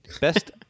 Best